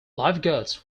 lifeguards